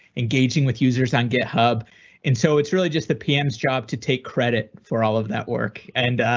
engaging with users on github, and so it's really just the pms job to take credit for all of that work and